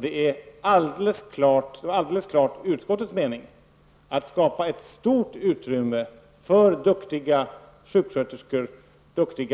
Det är alldeles klart utskottets mening att skapa ett stort utrymme för duktiga sjuksköterskor,